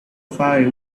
far